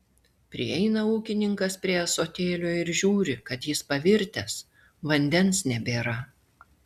prieina ūkininkas prie ąsotėlio ir žiūri kad jis pavirtęs vandens nebėra